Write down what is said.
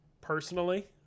personally